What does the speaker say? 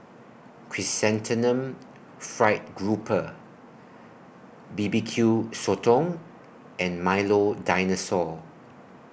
Chrysanthemum Fried Grouper B B Q Sotong and Milo Dinosaur